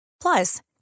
Plus